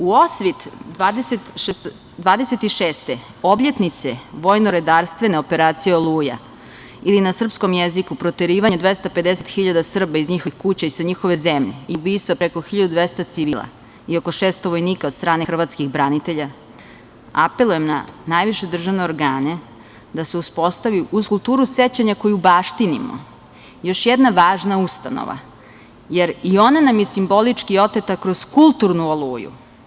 U osvit 26. objetnice vojnoredarstvene operacije Oluja, ili na srpskom jeziku proterivanje 250.000 Srba iz njihovih kuća i sa njihove zemlje i ubistva preko 1200 civila i oko 600 vojnika od strane hrvatskih branitelja, apelujem na najviše državne organe da se uspostavi uz kulturu sećanja koju baštinimo još jedna važna ustanova, jer i ona nam je simbolički oteta kroz kulturnu oluju.